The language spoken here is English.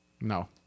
no